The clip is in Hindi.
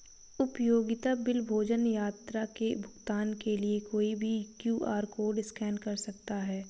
उपयोगिता बिल, भोजन, यात्रा के भुगतान के लिए कोई भी क्यू.आर कोड स्कैन कर सकता है